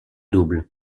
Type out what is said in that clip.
double